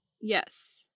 Yes